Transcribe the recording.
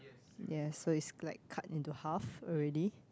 yes so it's like cut into half already